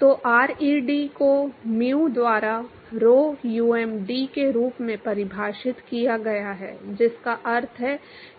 तो ReD को mu द्वारा rho um D के रूप में परिभाषित किया गया है जिसका अर्थ है